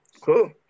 Cool